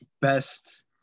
best